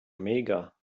mega